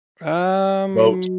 Vote